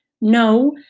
No